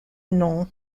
nom